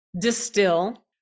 distill